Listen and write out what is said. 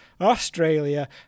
australia